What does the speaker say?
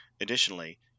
Additionally